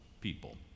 people